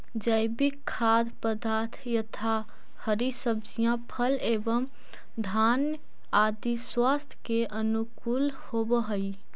जैविक खाद्य पदार्थ यथा हरी सब्जियां फल एवं धान्य आदि स्वास्थ्य के अनुकूल होव हई